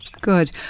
Good